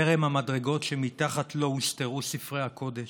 גרם המדרגות שמתחת לו הוסתרו ספרי הקודש,